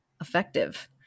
effective